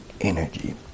energy